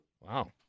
wow